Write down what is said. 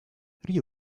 rio